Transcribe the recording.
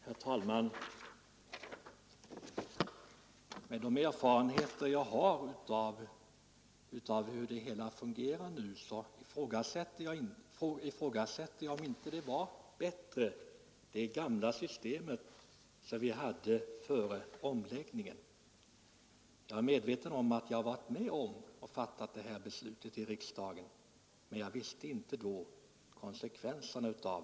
Herr talman! Med de erfarenheter jag har av hur det hela nu fungerar så ifrågasätter jag om inte det gamla systemet, som vi hade före omläggningen, var bättre. Jag är medveten om att jag har varit med om att fatta det här beslutet i riksdagen, men jag förutsåg inte då konsekvenserna.